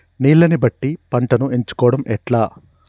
నీళ్లని బట్టి పంటను ఎంచుకోవడం ఎట్లా?